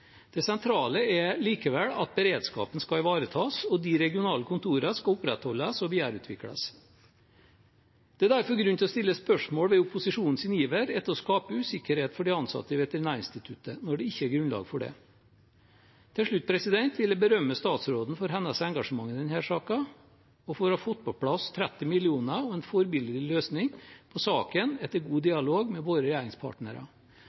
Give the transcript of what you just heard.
Det sentrale er likevel at beredskapen skal ivaretas, og at de regionale kontorene skal opprettholdes og videreutvikles. Det er derfor grunn til å stille spørsmål ved opposisjonens iver etter å skape usikkerhet for de ansatte ved Veterinærinstituttet når det ikke er grunnlag for det. Til slutt vil jeg berømme statsråden for hennes engasjement i denne saken, for å ha fått på plass 30 mill. kr og for en forbilledlig løsning på saken etter god dialog med våre regjeringspartnere.